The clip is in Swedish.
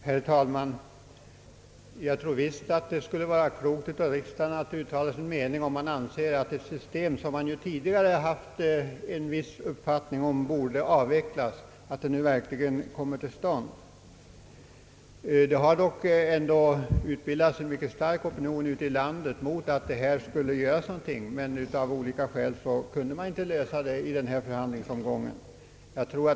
Herr talman! Jag tror visst det vore klokt av riksdagen att uttala sin me ring i denna fråga. Om man tidigare ansett att ett system bort avvecklas, bör man nu se till att så verkligen sker. Det har dock utbildats en mycket stark opinion i landet för att någonting skall göras, men av olika skäl kunde ingen lösning uppnås i denna förhandlingsomgång.